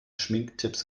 schminktipps